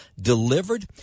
delivered